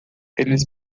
eles